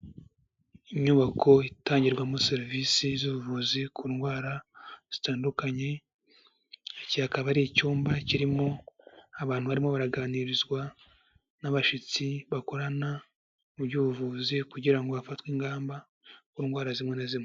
Inyubako itangirwamo serivisi z'ubuvuzi ku ndwara zitandukanye, iki akaba ari icyumba kirimo abantu barimo baraganirizwa n'abashyitsi bakorana mu by'ubuvuzi kugira ngo hafatwe ingamba, ku ndwara zimwe na zimwe.